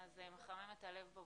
זה מחמם את הלב.